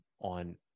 on